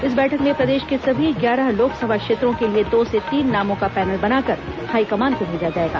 इस बैठक में प्रदेश के सभी ग्यारह लोकसभा क्षेत्रों के लिए दो से तीन नामों का र्पनल बनाकर हाईकमान को भेजा जाएगा